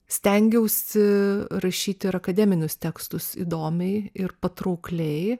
stengiausi rašyti ir akademinius tekstus įdomiai ir patraukliai